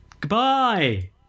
goodbye